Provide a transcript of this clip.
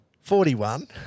Forty-one